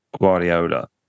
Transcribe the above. Guardiola